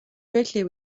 greatly